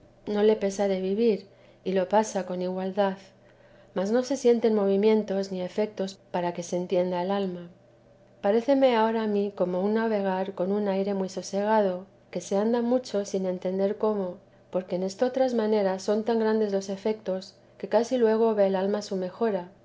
no le pesa de vivir y lo pasa con igualdad mas no se sienten movimientos ni efetos para que se entienda el alma paréceme ahora a mí como un navegar con un aire muy sosegado que se anda mucho sin entender cómo porque en estotras maneras son tan grandes los efetos que casi luego ve el alma su mejoría